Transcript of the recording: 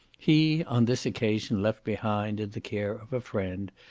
he on this occasion left behind, in the care of a friend,